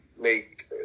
make